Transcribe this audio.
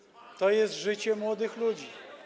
To jest życie młodych ludzi.